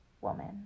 woman